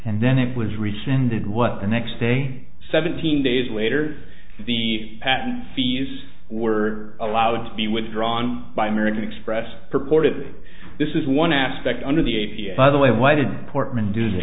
and then it was rescinded what the next day seventeen days later the patent fees were allowed to be withdrawn by american express purportedly this is one aspect under the a p a by the way why did portman do th